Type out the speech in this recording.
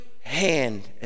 Hand